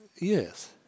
yes